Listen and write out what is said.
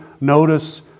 Notice